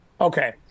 Okay